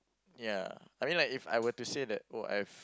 ya I mean like if I were to say that oh I've